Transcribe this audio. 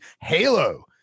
halo